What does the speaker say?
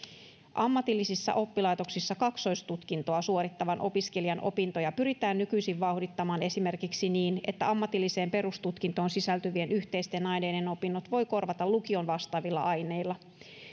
ammatillisissa oppilaitoksissa kaksoistutkintoa suorittavan opiskelijan opintoja pyritään nykyisin vauhdittamaan esimerkiksi niin että ammatilliseen perustutkintoon sisältyvien yhteisten aineiden opinnot voi korvata lukion vastaavilla aineilla